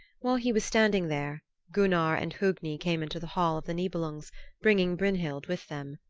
while he was standing there gunnar and hogni came into the hall of the nibelungs bringing brynhild with them.